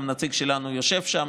נציג שלנו גם יושב שם,